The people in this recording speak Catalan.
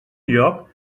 lloc